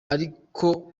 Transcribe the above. ariko